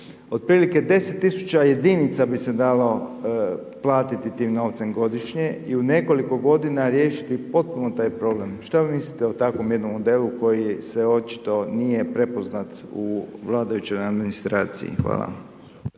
prilike 10.000 jedinica bi se dalo platiti tim novcem godišnje i u nekoliko godina riješiti potpuno taj problem šta vi mislite o takvom jednom modelu koji se očito nije prepoznat u vladajućoj administraciji. Hvala.